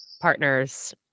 partners